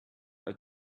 are